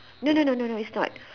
no no no no it's not